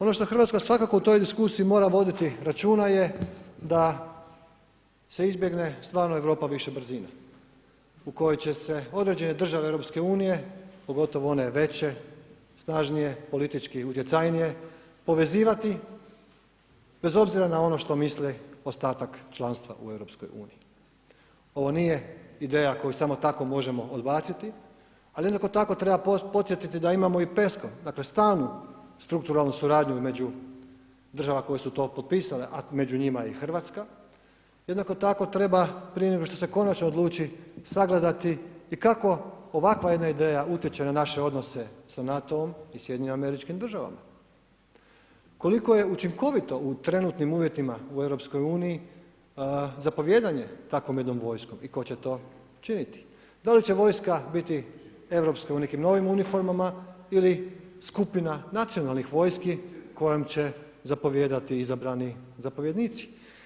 Ono što Hrvatska svakako u toj diskusiji mora voditi računa je da se izbjegne stvarno Europa više brzine, u kojoj će se određene države EU pogotovo one veće, snažnije, politički utjecajnije povezivati bez obzira na ono što misli ostatak članstva u EU, ovo nije ideja koju samo tako možemo odbaciti, ali jednako tako treba podsjetiti da imamo i PESCO dakle stalnu strukturalnu suradnju između država koje su to potpisale, a među njima je i Hrvatska, jednako tako treba prije nego se konačno odluči sagledati i kako ovakva jedna ideja utječe na naše odnose sa NATO-om i SAD-om, koliko je učinkovito u trenutnim uvjetima u EU zapovijedanje takvom jednom vojskom i ko će to činiti, da li će vojska biti europska u nekim novim uniformama ili skupina nacionalnih vojski kojom će zapovijedati izabrani zapovjednici.